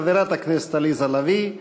חברת הכנסת עליזה לביא.